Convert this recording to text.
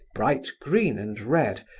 bright green and red,